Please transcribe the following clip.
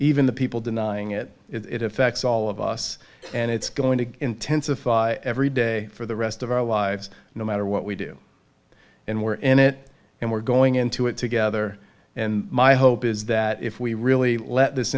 even the people denying it it affects all of us and it's going to intensify every day for the rest of our lives no matter what we do and we're in it and we're going into it together and my hope is that if we really let this